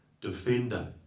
defender